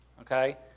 Okay